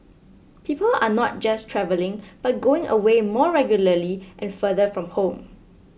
people are not just travelling but going away more regularly and farther from home